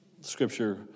Scripture